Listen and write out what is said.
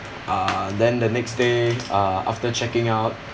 uh then the next day uh after checking out